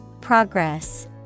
Progress